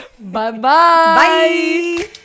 Bye-bye